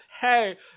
hey